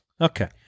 Okay